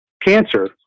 cancer